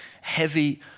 heavy